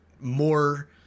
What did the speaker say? more